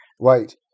Right